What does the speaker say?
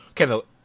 Okay